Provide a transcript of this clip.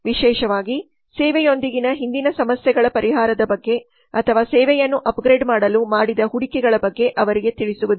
ವಿಶೇಷವಾಗಿ ಸೇವೆಯೊಂದಿಗಿನ ಹಿಂದಿನ ಸಮಸ್ಯೆಗಳ ಪರಿಹಾರದ ಬಗ್ಗೆ ಅಥವಾ ಸೇವೆಯನ್ನು ಅಪ್ಗ್ರೇಡ್ ಮಾಡಲು ಮಾಡಿದ ಹೂಡಿಕೆಗಳ ಬಗ್ಗೆ ಅವರಿಗೆ ತಿಳಿಸುವುದು